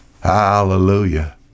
hallelujah